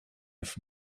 have